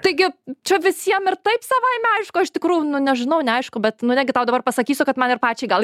taigi čia visiem ir taip savaime aišku iš tikrųjų nu nežinau neaišku bet nu negi tau dabar pasakysiu kad man ir pačiai gal